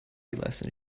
lessons